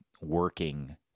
working